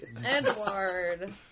Edward